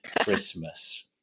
Christmas